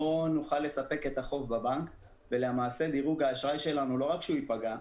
לא נוכל לספק את החוב בבנק ולמעשה דירוג האשראי שלנו לא רק שהוא ייפגע,